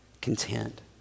content